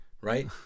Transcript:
right